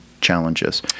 challenges